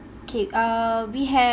okay uh we have